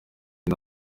ine